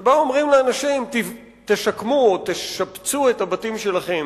שבה אומרים לאנשים: תשקמו או תשפצו את הבתים שלכם